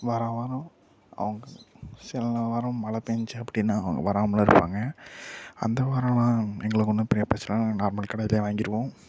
வாரம் வாரம் அவங்க சில வாரம் மழை பெஞ்சால் அப்படின்னா அவங்க வராமலும் இருப்பாங்க அந்த வாரம் எங்களுக்கு ஒன்றும் பேப்பர்ஸ்லாம் நார்மல் கடையில் வாங்கிடுவோம்